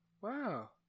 Wow